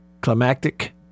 Climactic